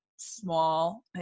small